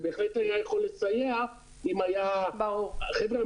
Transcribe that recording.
זה בהחלט היה יכול לסייע אם היה חבר'ה,